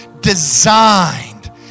designed